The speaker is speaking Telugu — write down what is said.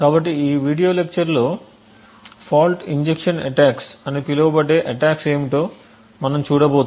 కాబట్టి ఈ వీడియో లెక్చర్ లో ఫాల్ట్ ఇంజెక్షన్ అటాక్స్ అని పిలువబడే అటాక్స్ ఏమిటో మనం చూడబోతున్నాం